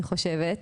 אני חושבת,